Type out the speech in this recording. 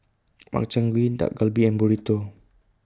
Makchang Gui Dak Galbi and Burrito